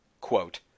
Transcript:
quote